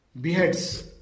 beheads